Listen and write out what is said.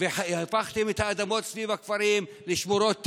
והפכתם את האדמות סביב הכפרים לשמורות טבע.